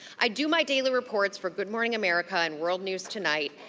i'd do my daily reports for good morning america and world news tonight.